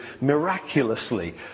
miraculously